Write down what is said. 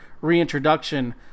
reintroduction